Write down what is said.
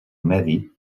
medi